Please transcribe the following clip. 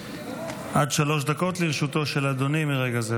עד שלוש דקות לרשותו של אדוני מרגע זה.